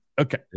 Okay